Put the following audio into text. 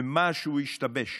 ומשהו השתבש.